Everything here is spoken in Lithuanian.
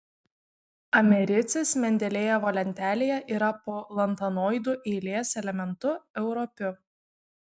americis mendelejevo lentelėje yra po lantanoidų eilės elementu europiu